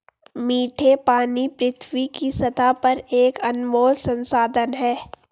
मीठे पानी पृथ्वी की सतह पर एक अनमोल संसाधन है